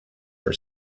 for